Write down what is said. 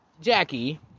Jackie